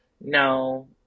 no